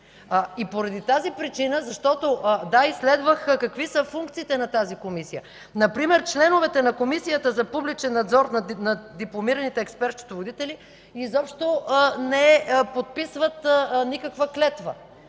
Поради тази причина изследвах какви са функциите на тази комисия. Например членовете на Комисията за публичен надзор над дипломираните експерт-счетоводители изобщо не подписват никаква клетва.